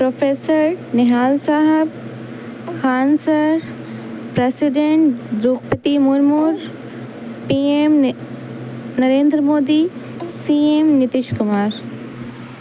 professor Nihal sahab Khan sir president Droupadi Murmu P M Narendra Modi C M Nitish Kumar